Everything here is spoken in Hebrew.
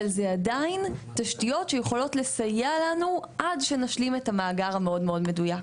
אבל זה עדיין תשתיות שיכולות לסייע לנו עד שנשלים את המאגר המאוד מדויק.